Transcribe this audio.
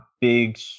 big